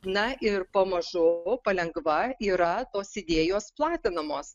na ir pamažu palengva yra tos idėjos platinamos